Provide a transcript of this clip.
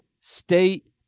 State